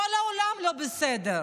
כל העולם לא בסדר.